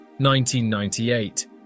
1998